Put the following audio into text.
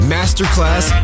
Masterclass